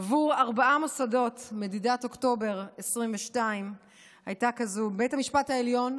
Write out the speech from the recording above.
שעבור ארבעה מוסדות מדידת אוקטובר 2022 הייתה כזאת: בית המשפט העליון,